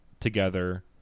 together